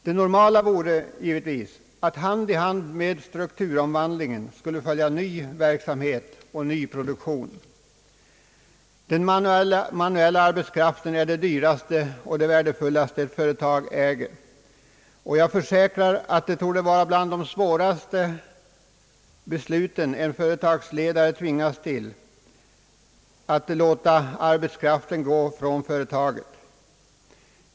Det normala vore givetvis att hand i hand med strukturomvandlingen skulle följa en ny verksamhet och en ny produktion. Den manuella arbetskraften är det dyraste och det värdefullaste ett företag äger, och jag försäkrar att det torde vara bland de svåraste besluten en företagsledare tvingas till att låta arbetskraften gå från företaget.